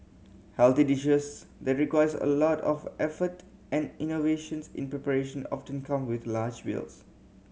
healthy dishes that requires a lot of effort and innovations in preparation often turn come with large bills